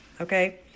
okay